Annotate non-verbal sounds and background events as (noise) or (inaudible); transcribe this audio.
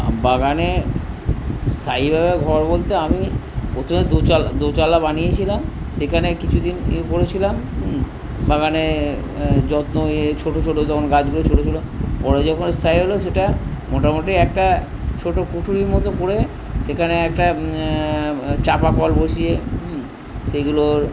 বাগানে স্থায়ীভাবে ঘর বলতে আমি প্রথমে দু চালা দু চালা বানিয়েছিলাম সেখানে কিছু দিন (unintelligible) করেছিলাম বাগানে যত্ন (unintelligible) ছোটো ছোটো তখন গাছগুলো ছোটো ছিল পরে যখন স্থায়ী হলো সেটা মোটামোটি একটা ছোটো পুঁটুলির মতো করে সেখানে একটা চাপা কল বসিয়ে সেগুলো